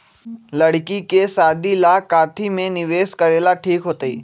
लड़की के शादी ला काथी में निवेस करेला ठीक होतई?